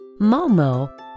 Momo